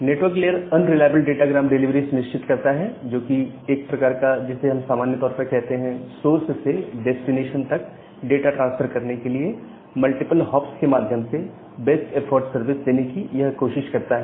network layer unreliable datagram delivery सुनिश्चित करता है जो कि एक प्रकार का जिसे हम सामान्य तौर पर कहते हैं सोर्स से डेस्टिनेशन तक डाटा ट्रांसफर करने के लिए मल्टीपल हॉप्स के माध्यम से बेस्ट एफ्फॉर्ट सर्विस देने की यह कोशिश करता है